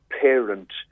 parent